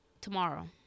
tomorrow